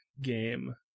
game